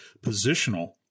positional